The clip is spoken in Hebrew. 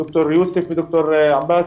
דוקטור יוסף ודוקטור עבאס,